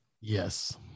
Yes